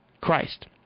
Christ